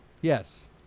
Yes